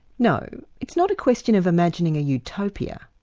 no, it's not a question of imagining a utopia',